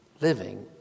living